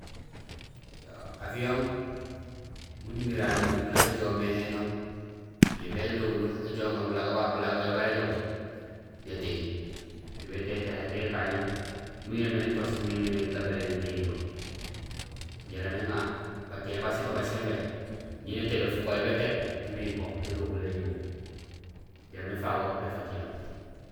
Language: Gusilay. Yo avion miin umiral mé miin nak éjoow mé éno, yo béloholo éjoŋoor bulago babu, bulago yo bara éjoow, nétééy; yo bétéy tahé étéy ékañang, min yoomé nétoos mo yoomé gabénéén étéy yo jaraam éŋa batéhé ba babaaj simbé ñé nétébéén fukoow yo bétééb miin éyuho érohulo éjoow jaraam éfago pépé fatiha.